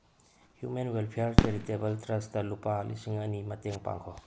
human welfare charitable trust ꯂꯨꯄꯥ ꯂꯤꯁꯤꯡ ꯑꯅꯤ ꯃꯇꯦꯡ ꯄꯥꯡꯈꯣ